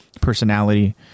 personality